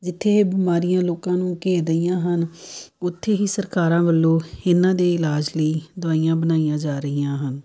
ਜਿੱਥੇ ਇਹ ਬਿਮਾਰੀਆਂ ਲੋਕਾਂ ਨੂੰ ਘੇਰ ਰਹੀਆਂ ਹਨ ਉੱਥੇ ਹੀ ਸਰਕਾਰਾਂ ਵੱਲੋਂ ਇਹਨਾਂ ਦੇ ਇਲਾਜ ਲਈ ਦਵਾਈਆਂ ਬਣਾਈਆਂ ਜਾ ਰਹੀਆਂ ਹਨ